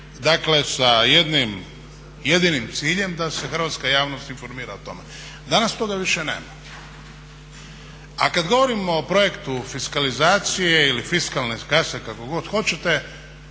medija, sa jednim jedinim ciljem da se hrvatska javnost informira o tome. Danas toga više nema. A kad govorimo o projektu fiskalizacije ili fiskalne kase kako god hoćete